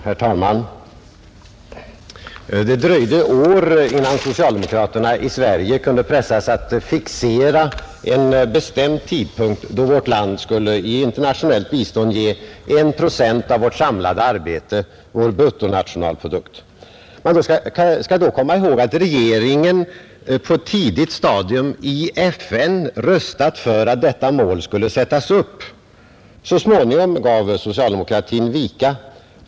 Herr talman! Det dröjde år innan socialdemokraterna i Sverige kunde pressas att fixera en bestämd tidpunkt då vårt land skulle i internationellt bistånd ge 1 procent av vårt samlade arbete, vår bruttonationalprodukt. Man skall då komma ihåg att regeringen på ett tidigt stadium i FN röstat för att detta mål skulle uppsättas. Så småningom gav socialdemokratin vika.